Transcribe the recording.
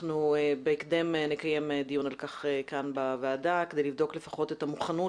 בהקדם נקיים על כך דיון בוועדה כדי לפחות לבדוק את המוכנות